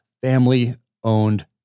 family-owned